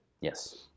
Yes